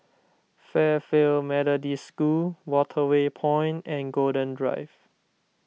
Fairfield Methodist School Waterway Point and Golden Drive